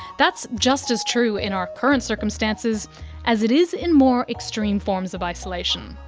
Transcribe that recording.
that's just as true in our current circumstances as it is in more extreme forms of isolation,